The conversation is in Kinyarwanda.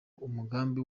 umugambi